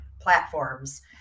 platforms